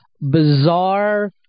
bizarre